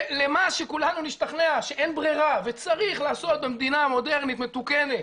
למה שכולנו נשתכנע שאין ברירה וצריך לעשות במדינה מודרנית מתוקנת,